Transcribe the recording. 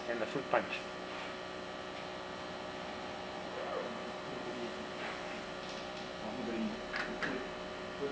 and a fruit punch